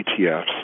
ETFs